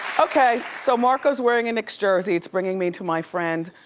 okay, so marco's wearing a knicks jersey. it's bringing me to my friend,